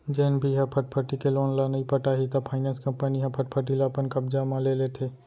जेन भी ह फटफटी के लोन ल नइ पटाही त फायनेंस कंपनी ह फटफटी ल अपन कब्जा म ले लेथे